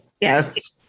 yes